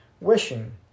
wishing